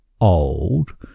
old